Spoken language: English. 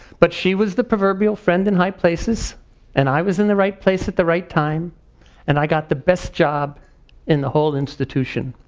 but she was the proverbial friend in high places and i was in the right place at the right time and i got the best job in the whole institution.